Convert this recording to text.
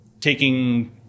taking